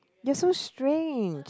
you're so strange